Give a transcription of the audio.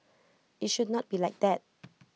IT should not be like that